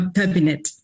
cabinet